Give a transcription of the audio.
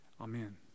Amen